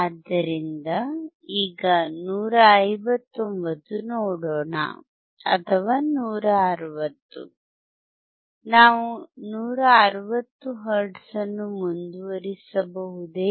ಆದ್ದರಿಂದ ಈಗ 159 ನೋಡೋಣ ಅಥವಾ 160 ನಾವು 160 ಹರ್ಟ್ಜ್ ಅನ್ನು ಮುಂದುವರಿಸಬಹುದೇ